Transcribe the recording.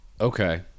Okay